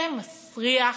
זה מסריח.